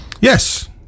yes